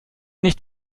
nicht